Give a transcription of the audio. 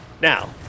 Now